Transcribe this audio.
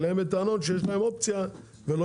אליהם בטענות שיש להם אופציה והם לא